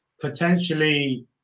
Potentially